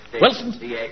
Wilson